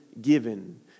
given